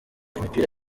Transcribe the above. imipira